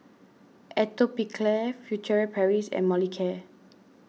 Atopiclair Furtere Paris and Molicare